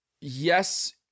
yes